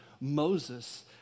Moses